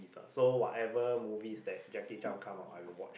so whatever movies that Jackie-Chan come out I will watch lah